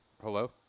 Hello